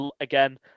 again